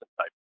type